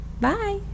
Bye